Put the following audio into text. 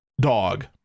Dog